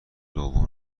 دوم